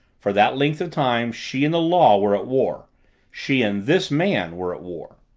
for that length of time she and the law were at war she and this man were at war.